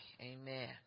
Amen